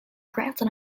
grandson